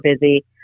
busy